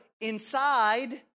inside